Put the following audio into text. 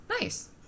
Nice